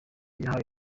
yahawe